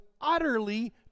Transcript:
utterly